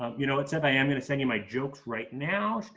um you know what, seth? i am going to send you my jokes right now.